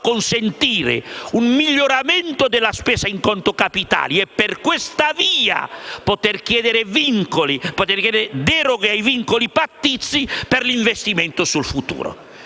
consentire un miglioramento della spesa in conto capitale e, per questa via, si possono chiedere deroghe ai vincoli pattizi per l'investimento sul futuro.